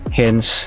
hence